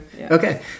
Okay